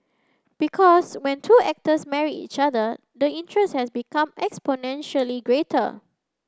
because when two actors marry each other the interest has become exponentially greater